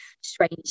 strange